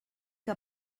que